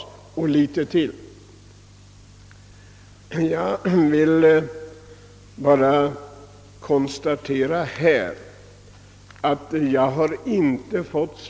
Något svar på huvudfrågan har jag inte fått.